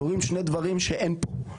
קורים שני דברים שאין פה: